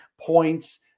points